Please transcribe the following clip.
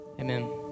amen